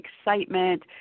excitement